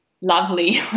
lovely